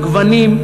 "גוונים"